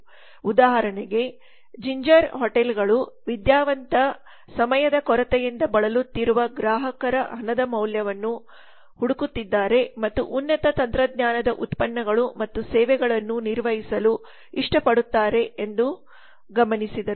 ಉದಾಹರಣೆಗೆ ಜಿಂಜರ್ ಹೋಟೆಲ್ಗಳು ವಿದ್ಯಾವಂತ ಸಮಯದ ಕೊರತೆಯಿಂದ ಬಳಲುತ್ತಿರುವ ಗ್ರಾಹಕರು ಹಣದ ಮೌಲ್ಯವನ್ನು ಹುಡುಕುತ್ತಿದ್ದಾರೆ ಮತ್ತು ಉನ್ನತ ತಂತ್ರಜ್ಞಾನದ ಉತ್ಪನ್ನಗಳು ಮತ್ತು ಸೇವೆಗಳನ್ನು ನಿರ್ವಹಿಸಲು ಇಷ್ಟಪಡುತ್ತಾರೆ ಎಂದು ಗಮನಿಸಿದರು